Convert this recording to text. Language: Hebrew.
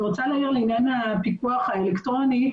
אני רוצה להעיר לעניין הפיקוח האלקטרוני.